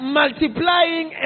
multiplying